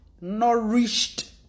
nourished